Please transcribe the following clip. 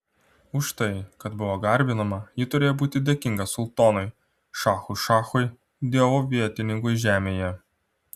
už tai kad buvo garbinama ji turėjo būti dėkinga sultonui šachų šachui dievo vietininkui žemėje